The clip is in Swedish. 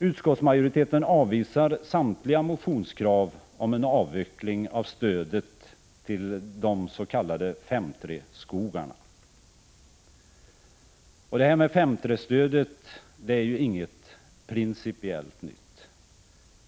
Utskottsmajoriteten avvisar samtliga motionskrav på en avveckling av stödet till dessa s.k. 5:3-skogar. 5:3-stödet är ju ingenting principiellt nytt.